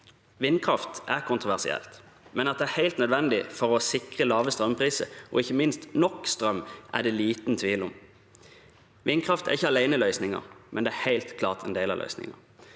Vindkraft er kontroversielt, men at det er helt nødvendig for å sikre lave strømpriser, og ikke minst nok strøm, er det liten tvil om. Vindkraft er ikke alene løsningen, men det er helt klart en del av den.